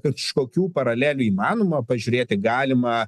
kažkokių paralelių įmanoma pažiūrėti galima